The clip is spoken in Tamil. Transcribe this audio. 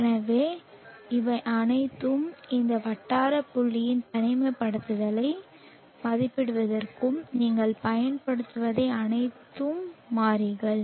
எனவே இவை அனைத்தும் இந்த வட்டார புள்ளியில் தனிமைப்படுத்தலை மதிப்பிடுவதற்கு நீங்கள் பயன்படுத்தும் அனைத்து மாறிகள்